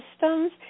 systems